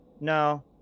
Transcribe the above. No